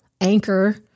anchor